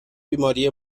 بیماری